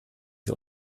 wir